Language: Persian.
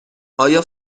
آیا